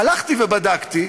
הלכתי ובדקתי,